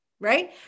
right